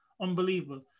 unbelievable